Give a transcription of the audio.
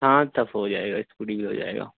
ہاں ہاں تب ہو جائے گا اسکوٹی بھی ہو جائے گا